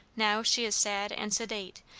now she is sad and sedate,